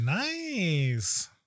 Nice